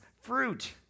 fruit